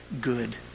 good